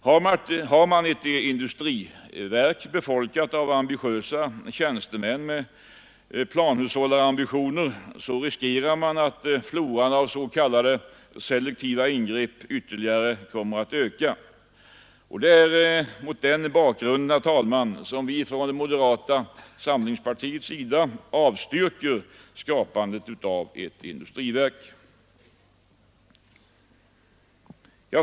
Har man ett industriverk, befolkat av ambitiösa tjänstemän med planhushållarambitioner, riskerar man att floran av s.k. selektiva ingrepp ytterligare kommer att öka. Det är mot denna bakgrund, herr talman, som vi från moderata samlingspartiets sida avstyrker skapandet av ett industriverk.